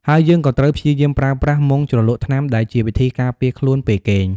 ហើយយើងក៏ត្រូវព្យាយាមប្រើប្រាស់ មុងជ្រលក់ថ្នាំ ដែលជាវិធីការពារខ្លួនពេលគេង។